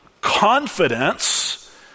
confidence